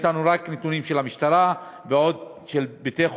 יש לנו רק נתונים של המשטרה ועוד של בתי-חולים,